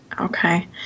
Okay